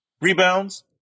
Rebounds